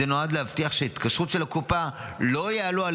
זה נועד להבטיח שההתקשרויות של הקופה לא יעלו על